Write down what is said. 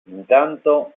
intanto